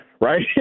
Right